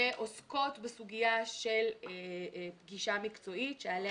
שעוסקות בסוגיה של פגישה מקצועית שעליה